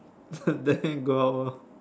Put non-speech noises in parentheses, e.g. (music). (laughs) then go out lor